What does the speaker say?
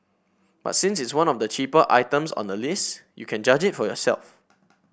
but since it's one of the cheaper items on the list you can judge it for yourself